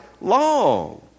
long